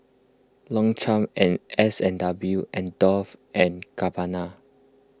Longchamp and S and W and Dolce and Gabbana